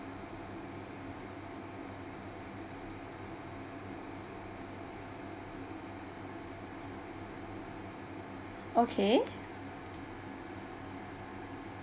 okay